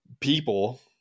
people